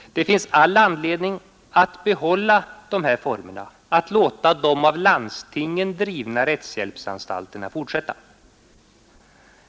Det finns all anledning att behålla dessa former, att låta de av landstingen drivna rättshjälpsanstalterna fortsätta.